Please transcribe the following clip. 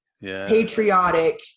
patriotic